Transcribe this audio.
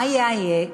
מה יהיה?